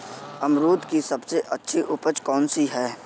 अमरूद की सबसे अच्छी उपज कौन सी है?